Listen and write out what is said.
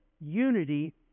unity